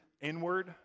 inward